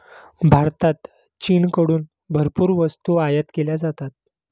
भारतात चीनकडून भरपूर वस्तू आयात केल्या जातात